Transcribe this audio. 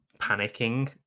panicking